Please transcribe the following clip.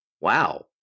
wow